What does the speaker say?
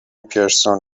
پیرسون